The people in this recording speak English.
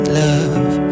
love